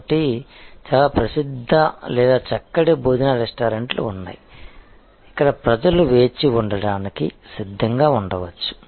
కాబట్టి చాలా ప్రసిద్ధ లేదా చక్కటి భోజన రెస్టారెంట్లు ఉన్నాయి ఇక్కడ ప్రజలు వేచి ఉండటానికి సిద్ధంగా ఉండవచ్చు